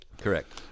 Correct